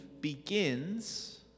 begins